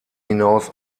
hinaus